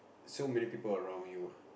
so many people around you